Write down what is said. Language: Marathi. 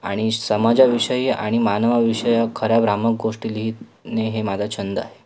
आणि समाजाविषयी आणि मानवाविषयक खऱ्या भ्रामक गोष्टी लिहीणे हे माझा छंद आहे